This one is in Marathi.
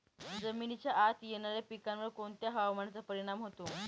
जमिनीच्या आत येणाऱ्या पिकांवर कोणत्या हवामानाचा परिणाम होतो?